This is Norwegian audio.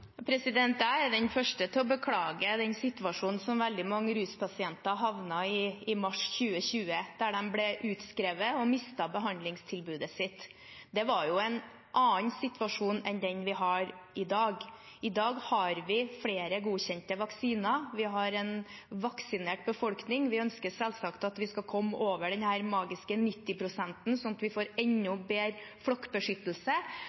Jeg er den første til å beklage den situasjonen som veldig mange ruspasienter havnet i i mars 2020, der de ble utskrevet og mistet behandlingstilbudet sitt. Det var jo en annen situasjon enn den vi har i dag. I dag har vi flere godkjente vaksiner, vi har en vaksinert befolkning – vi ønsker selvsagt at vi skal komme over denne magiske 90-prosenten, så vi får enda bedre flokkbeskyttelse – og så har vi